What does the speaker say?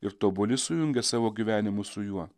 ir tobuli sujungę savo gyvenimus su juo